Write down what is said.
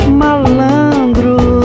malandro